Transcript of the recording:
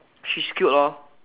she's cute lor